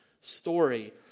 story